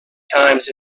times